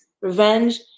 revenge